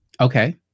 Okay